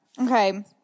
Okay